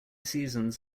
seasons